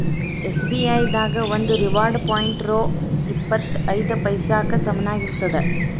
SBI ದಾಗ ಒಂದು reward point ರೊ ಇಪ್ಪತ್ ಐದ ಪೈಸಾಕ್ಕ ಸಮನಾಗಿರ್ತದ